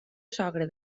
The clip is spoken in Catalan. sogre